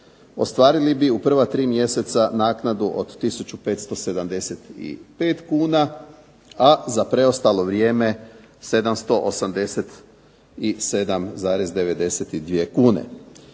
ostvarili bi u prva tri mjeseca naknadu od tisuću 575 kuna, a za preostalo vrijeme 787,92 kune.